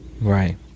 Right